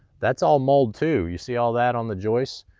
that's all mold too. you see all that on the joist.